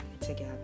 together